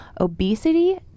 obesity